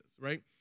right